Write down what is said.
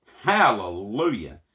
hallelujah